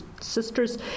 Sisters